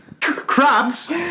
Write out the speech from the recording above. crabs